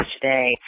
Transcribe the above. today